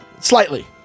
Slightly